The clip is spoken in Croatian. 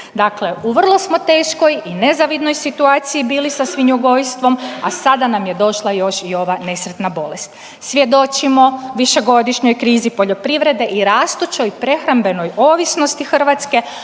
Dakle u vrlo smo teškoj i nezavidnoj situaciji bili sa svinjogojstvom, a sada nam je došla još i ova nesretna bolest. Svjedočimo višegodišnjoj krizi poljoprivrede i rastućoj prehrambenoj ovisnosti Hrvatske,